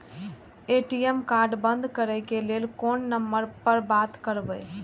ATM card बंद करे के लेल कोन नंबर पर बात करबे?